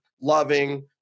loving